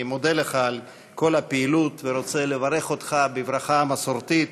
אני מודה לך על כל הפעילות ורוצה לברך אותך בברכה המסורתית: